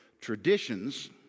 traditions